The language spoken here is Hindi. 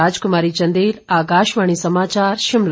राजकुमारी चंदेल आकाशवाणी समाचार शिमला